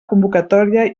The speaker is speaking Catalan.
convocatòria